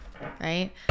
right